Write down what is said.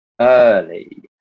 early